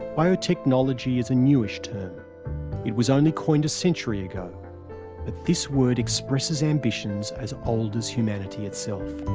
biotechnology is a newish term it was only coined a century ago but this word expresses ambitions as old as humanity itself.